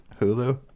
Hulu